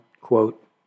quote